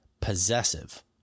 possessive